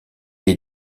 est